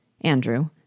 Andrew